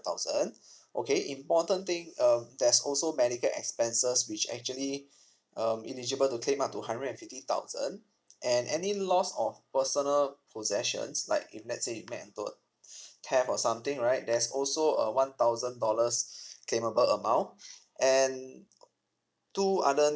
thousand okay important thing um there's also medical expenses which actually um eligible to claim up to hundred and fifty thousand and any loss of personal possessions like if let's you met and to a theft or something right there's also a one thousand dollars claimable amount and two other